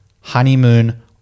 Honeymoon